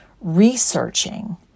researching